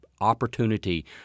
opportunity